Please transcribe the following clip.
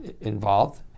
involved